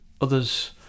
others